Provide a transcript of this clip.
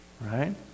right